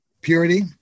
Purity